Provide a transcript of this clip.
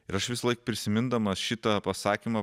ir aš visąlaik prisimindamas šitą pasakymą